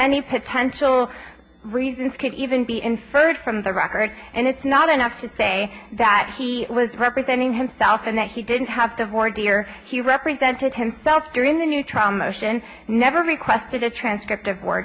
any potential reasons could even be inferred from the record and it's not enough to say that he was representing himself and that he didn't have to hoard to hear he represented himself during the new trial motion never requested a transcript of w